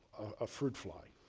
a fruit fly,